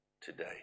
today